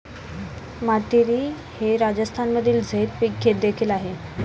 मातीरी हे राजस्थानमधील झैद पीक देखील आहे